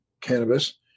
cannabis